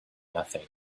nothing